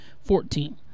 fourteen